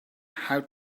how